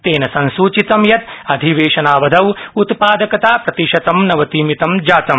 तेन संसूचितं यत् अधिवेशनावधौ उत्पादकता प्रतिशतं नवतिमितं जातम्